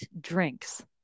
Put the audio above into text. drinks